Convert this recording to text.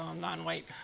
non-white